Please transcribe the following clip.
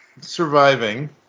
surviving